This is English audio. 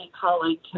colleague